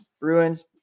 Bruins